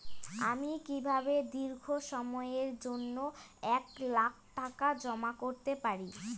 আমি কিভাবে দীর্ঘ সময়ের জন্য এক লাখ টাকা জমা করতে পারি?